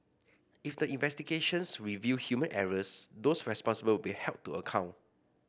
if the investigations reveal human errors those responsible will be held to account